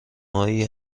هایی